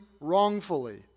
wrongfully